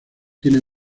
tiene